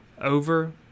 over